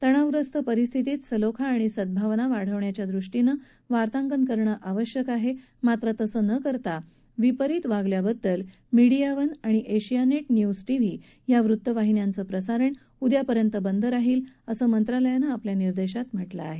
तणावग्रस्त परिस्थितीत सलोखा आणि सद्भाव वाढवण्याच्या दृष्टीने वृत्तांकन करणं आवश्यक आहे मात्र तसं न करता विपरीत वृत्तांकन केल्याबद्दल मीडिया वन आणि एशियाने न्यूज भी या वृत्तवाहिन्यांचं प्रसारण उद्यापर्यंत बंद राहील असं मंत्रालयानं आपल्या निर्देशात म्हा के आहे